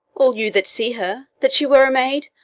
all you that see her, that she were a maid,